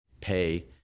pay